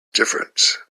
different